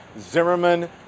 Zimmerman